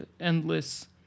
endless